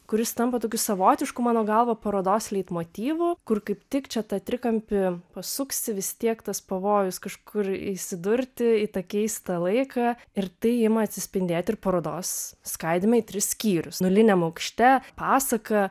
kuris tampa tokiu savotišku mano galva parodos leitmotyvu kur kaip tik čia tą trikampį pasuksi vis tiek tas pavojus kažkur įsidurti į tą keistą laiką ir tai ima atsispindėti ir parodos skaidyme į tris skyrius nuliniame aukšte pasaka